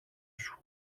σου